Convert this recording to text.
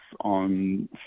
on